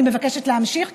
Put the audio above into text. אני מבקשת להמשיך,